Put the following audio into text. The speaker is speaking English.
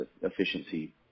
efficiency